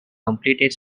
completed